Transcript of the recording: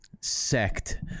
sect